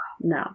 No